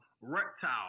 Reptile